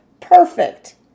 Perfect